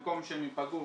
במקום שהם יפגעו,